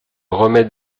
remets